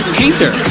painter